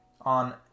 on